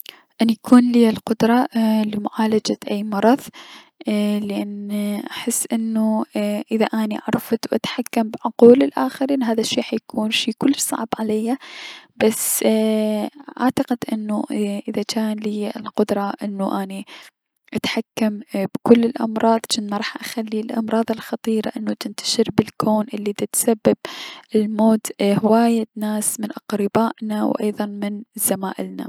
ان يكون ليا القدرة لمعالجة اي- مرض ايي- لأن احس انوو اذا اني عرفت و تحكمت بعقول الأخرين هذا الشي حيكون شي كلش صعب عليا بس ايي- اعتقد انو اذا جان ليا القدرة انو اتحكم بكل الأمراح ففمراح اخلي الأمراض الخطيرة انو تنتشر بلكون الي دتسبب للموت لهواية ناس من اقربائنا و ايضا من زمائلنا.